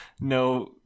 no